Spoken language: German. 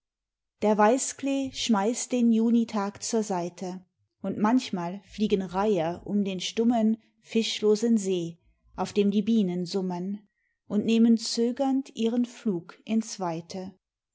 der weißklee schmeißt den junitag zur seite und manchmal fliegen reiher um den stummen fischlosen see auf dem die bienen summen und nehmen zögernd ihren flug ins weite